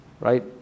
right